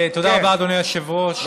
תודה רבה, אדוני היושב-ראש.